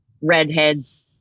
redheads